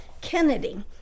Kennedy